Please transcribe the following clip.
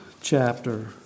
chapter